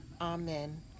Amen